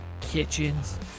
kitchens